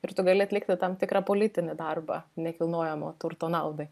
ir tu gali atlikti tam tikrą politinį darbą nekilnojamo turto naudai